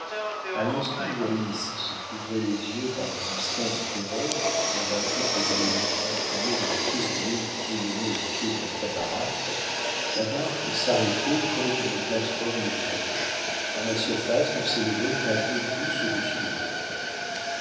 à l'instant où alice se couvrait les yeux par un instinct de terreur convaincue qu'ils allaient être entraînés dans le tourbillon qui bouillonnait au pied de la cataracte la barque s'arrêtait près d'une plateforme de rocher dont la surface ne s'élevait qu'à deux pouces au-dessus de l'eau